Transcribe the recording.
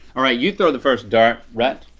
all right you throw the first dart, rhett.